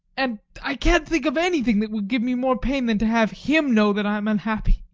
and i can't think of anything that would give me more pain than to have him know that i am unhappy.